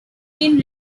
been